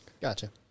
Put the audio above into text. Gotcha